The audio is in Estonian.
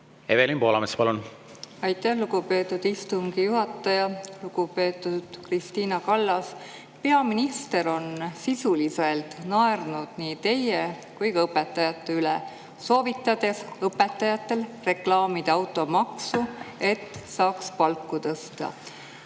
ja käitumist? Aitäh, lugupeetud istungi juhataja! Lugupeetud Kristina Kallas! Peaminister on sisuliselt naernud nii teie kui ka õpetajate üle, soovitades õpetajatel reklaamida automaksu, et saaks palku tõsta.